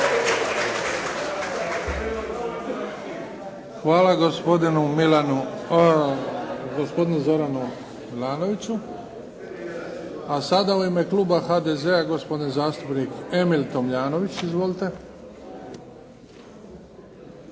Hvala gospodinu Zoranu Milanoviću. A sada u ime kluba HDZ-a, gospodin zastupnik Emil Tomljanović. Izvolite.